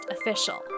official